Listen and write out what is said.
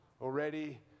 already